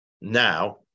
Now